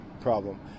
problem